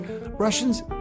Russians